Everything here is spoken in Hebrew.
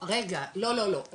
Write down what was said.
רגע, לא, לא, לא,